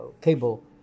cable